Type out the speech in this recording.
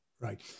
Right